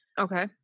Okay